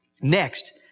Next